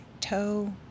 toe